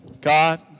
God